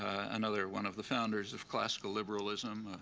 another one of the founders of classical liberalism,